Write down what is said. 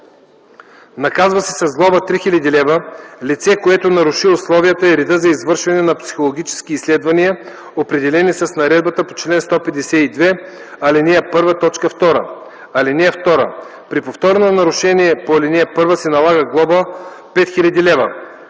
Наказва се с глоба 3 хил. лв. лице, което наруши условията и реда за извършване на психологически изследвания, определени с наредбата по чл. 152, ал. 1, т. 2. (2) При повторно нарушение по ал. 1 се налага глоба 5 хил.